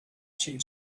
chief